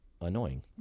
annoying